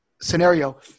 scenario